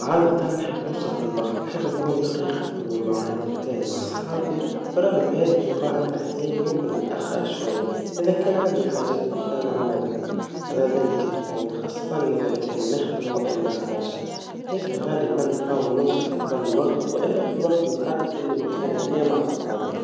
عادةً نحب نوصل في الوقت, نحب نكون دقيق في المواعيد متاعي, مع صحابي, برغم هذا في بعض الاحيان يمكن نتأخر شوي, إذا كان حاجات أخرى نعملها, على زمتي تكون خاصةً إذا نخدم, وإلا حاجا, لكن غالباً نحاول نوصل قبل الوقت, وإلا وفي الوقت المحدد اللي متفاهم فيه مع صحابي,